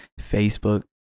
Facebook